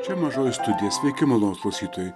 čia mažoji studija sveiki malonūs klausytojai